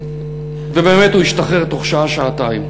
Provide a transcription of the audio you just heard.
ובאמת הוא השתחרר תוך שעה, שעתיים.